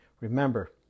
Remember